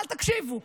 אל תקשיבו.